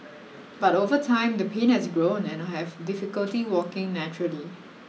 but over time the pain has grown and I have difficulty walking naturally